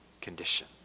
condition